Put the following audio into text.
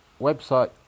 website